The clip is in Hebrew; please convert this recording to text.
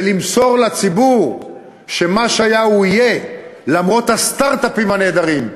ולמסור לציבור שמה שהיה הוא יהיה למרות הסטרט-אפים הנהדרים.